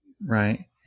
right